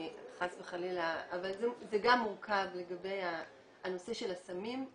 אבל זה גם מורכב לגבי הנושא של הסמים.